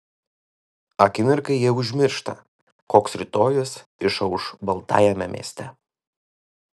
akimirkai jie užmiršta koks rytojus išauš baltajame mieste